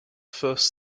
first